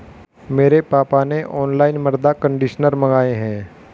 मेरे पापा ने ऑनलाइन मृदा कंडीशनर मंगाए हैं